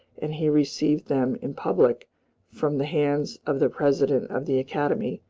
and he received them in public from the hands of the president of the academy,